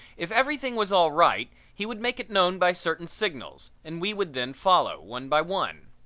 if everything was all right he would make it known by certain signals and we would then follow, one by one.